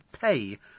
pay